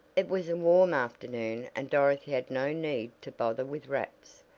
it was a warm afternoon and dorothy had no need to bother with wraps.